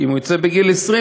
אם הוא יצא בגיל 20,